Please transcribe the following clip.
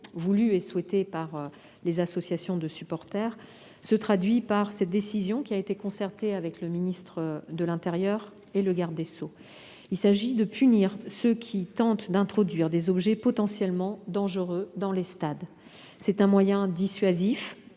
voulue et souhaitée par les associations de supporters, se traduit par cette décision, prise en concertation avec le ministre de l'intérieur et le garde des sceaux. Il s'agit de punir ceux qui tentent d'introduire des objets potentiellement dangereux dans les stades. C'est un moyen dissuasif,